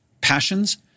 passions